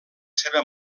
seva